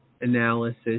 analysis